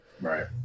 Right